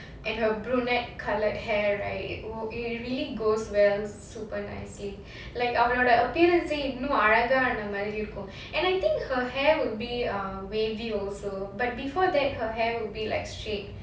and her brunette coloured hair right it will it really goes well super nicely like அவ:ava appearance இன்னும் அழகான மாதிரி இருக்கும்:innum azhagaana maathiri irukum and I think her hair would be uh wavy also but before that her hair will be like straight